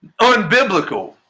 unbiblical